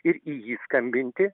ir į jį skambinti